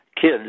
kids